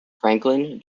franklin